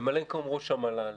ממלא מקום ראש המל"ל,